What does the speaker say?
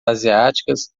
asiáticas